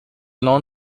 known